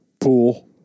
pool